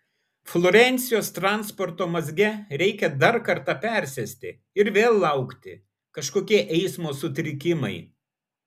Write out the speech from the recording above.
florencijos transporto mazge reikia dar kartą persėsti ir vėl laukti kažkokie eismo sutrikimai